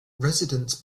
residents